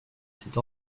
cette